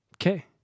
Okay